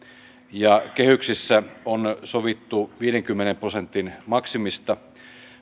ja kehyksissä on sovittu viidenkymmenen prosentin maksimista